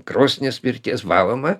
krosnis pirties valoma